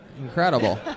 Incredible